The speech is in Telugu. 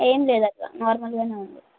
ఏమ్ లేదక్కా నార్మల్గానే ఉంది